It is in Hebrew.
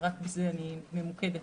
רק מזה אני ממוקדת